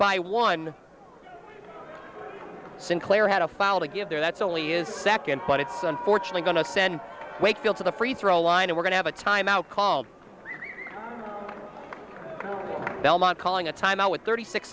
by one sinclair had a foul to give there that's only is second but it's unfortunate going to send wakefield to the free throw line or we're going to have a timeout called belmont calling a timeout with thirty six